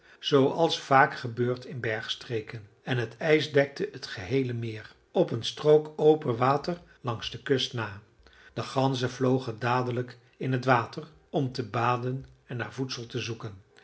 zooals vaak gebeurt in bergstreken en het ijs dekte t geheele meer op een strook open water langs de kust na de ganzen vlogen dadelijk in het water om te baden en naar voedsel te zoeken